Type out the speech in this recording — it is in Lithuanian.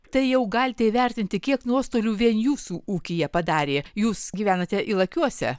tai jau galite įvertinti kiek nuostolių vien jūsų ūkyje padarė jūs gyvenate ylakiuose